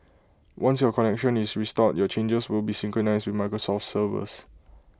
once your connection is restored your changes will be synchronised with Microsoft's servers